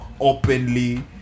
openly